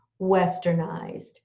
westernized